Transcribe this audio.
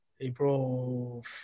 April